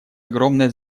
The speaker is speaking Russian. огромное